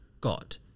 God